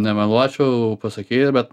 nemeluočiau pasakei bet